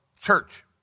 church